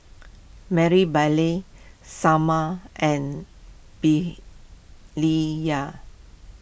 Marybelle Sommer and